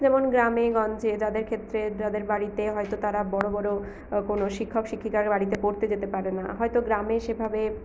যেমন গ্রামে গঞ্জে যাদের ক্ষেত্রে যাদের বাড়িতে হয়ত তারা বড় বড় কোনও শিক্ষক শিক্ষিকার বাড়িতে পড়তে যেতে পারে না হয়ত গ্রামে সেভাবে